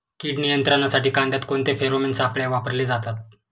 कीड नियंत्रणासाठी कांद्यात कोणते फेरोमोन सापळे वापरले जातात?